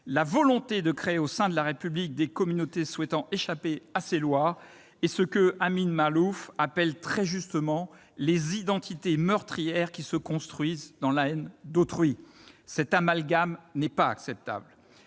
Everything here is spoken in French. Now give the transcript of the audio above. la volonté de créer au sein de la République des communautés souhaitant échapper à ses lois et ce qu'Amin Maalouf appelle très justement les « identités meurtrières » qui se construisent dans la haine d'autrui. Cet amalgame n'est pas acceptable